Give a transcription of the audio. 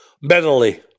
Mentally